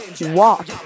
walk